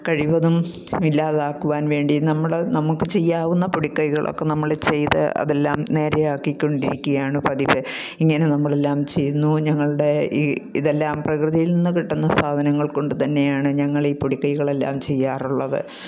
കഴിവതും ഇല്ലാതാക്കുവാൻ വേണ്ടി നമ്മൾ നമുക്ക് ചെയ്യാവുന്ന പൊടിക്കൈകൾ ഒക്കെ നമ്മൾ ചെയ്ത് അതെല്ലാം നേരെ ആക്കികൊണ്ടിരിക്കുകയാണ് പതുക്കെ ഇങ്ങനെ നമ്മളെല്ലാം ചെയ്യുന്നു ഞങ്ങളുടെ ഈ ഇതെല്ലാം പ്രകൃതിയിൽ നിന്ന് കിട്ടുന്ന സാധനങ്ങൾ കൊണ്ട് തന്നെയാണ് ഞങ്ങൾ ഈ പൊടിക്കൈകളെല്ലാം ചെയ്യാറുള്ളത്